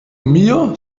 mir